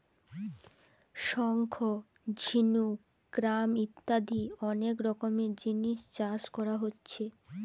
শঙ্খ, ঝিনুক, ক্ল্যাম ইত্যাদি অনেক রকমের জিনিস চাষ কোরা হচ্ছে